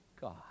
God